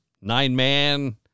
nine-man